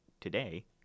today